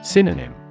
Synonym